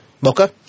Mocha